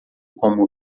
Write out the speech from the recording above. como